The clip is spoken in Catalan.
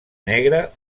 negra